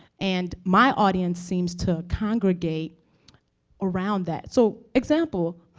and my audience seems to congregate around that. so, example.